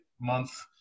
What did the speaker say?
month